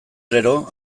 gero